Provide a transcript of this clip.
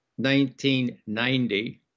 1990